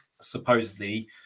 supposedly